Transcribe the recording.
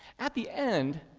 at the end,